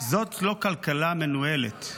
זאת לא כלכלה מנוהלת.